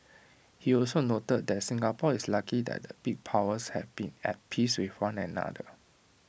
he also noted that Singapore is lucky that the big powers have been at peace with one another